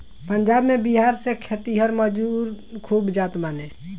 पंजाब में बिहार से खेतिहर मजूर खूब जात बाने